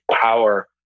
power